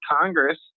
Congress